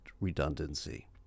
redundancy